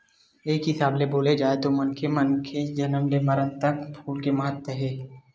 एक हिसाब ले बोले जाए तो मनखे के जनम ले मरन तक फूल के महत्ता हे